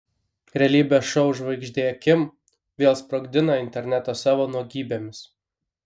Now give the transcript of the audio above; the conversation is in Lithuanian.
realybės šou žvaigždė kim vėl sprogdina internetą savo nuogybėmis